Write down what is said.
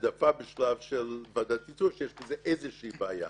להעדפה בשלב של ועדת איתור שיש עם זה איזושהי בעיה.